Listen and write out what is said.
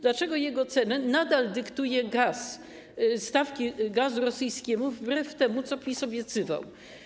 Dlaczego jego cenę nadal dyktują stawki gazu rosyjskiego wbrew temu, co PiS obiecywał?